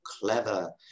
clever